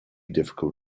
difficult